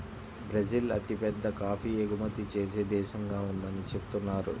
Brazil అతిపెద్ద coffee ఎగుమతి చేసే దేశంగా ఉందని చెబుతున్నారు